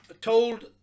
told